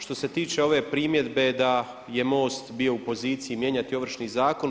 Što se tiče ove primjedbe da je MOST bio u poziciji mijenjati Ovršni zakon.